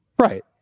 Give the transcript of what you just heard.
Right